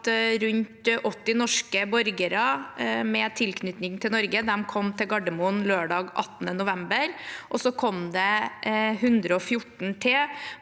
at rundt 80 borgere med tilknytning til Norge kom til Gardermoen lørdag 18. november, og så kom det 114 til